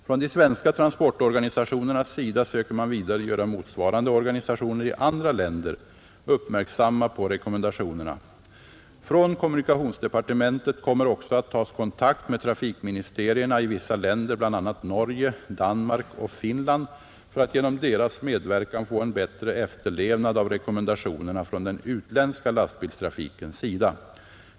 Från de svenska transportorganisationernas sida söker man vidare göra motsvarande organisationer i andra länder uppmärksamma på rekommendationerna. Från kommunikationsdepartementet kommer också att tas kontakt med trafikministerierna i vissa länder, bl.a. Norge, Danmark och Finland, för att genom deras medverkan få en bättre efterlevnad av rekommendationerna från den utländska lastbilstrafikens sida.